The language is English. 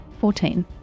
Fourteen